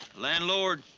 landlord,